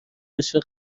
رشوه